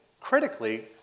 critically